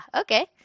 okay